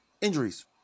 injuries